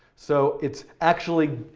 so it's actually,